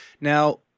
Now